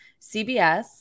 CBS